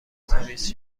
تمیز